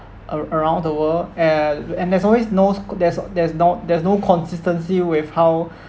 a~ around the world and and there's always nos there's there's no there's no consistency with how